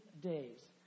days